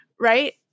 right